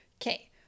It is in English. okay